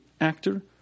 actor